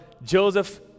Joseph